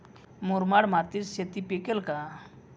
मुरमाड मातीत शेती पिकेल का?